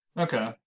okay